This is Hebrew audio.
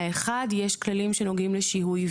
האחד יש כללים שנוגעים לשיהוי,